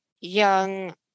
young